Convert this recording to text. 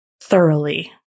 thoroughly